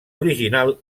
original